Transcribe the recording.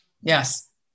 Yes